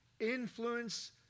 influence